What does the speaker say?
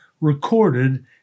recorded